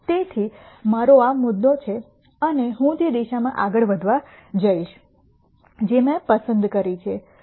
તેથી મારો આ મુદ્દો છે અને હું તે દિશામાં આગળ વધવા જઈશ જે મેં પસંદ કરી છે